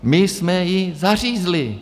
My jsme ji zařízli.